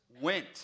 went